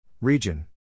Region